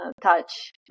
touch